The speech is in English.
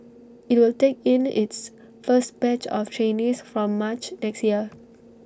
IT will take in its first batch of trainees from March next year